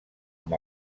amb